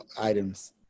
items